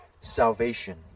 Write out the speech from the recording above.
salvation